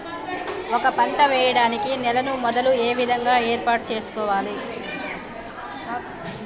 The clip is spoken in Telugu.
ఒక పంట వెయ్యడానికి నేలను మొదలు ఏ విధంగా ఏర్పాటు చేసుకోవాలి?